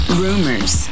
rumors